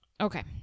okay